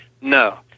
no